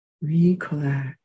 recollect